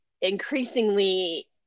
increasingly